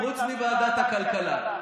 חוץ מוועדת הכלכלה.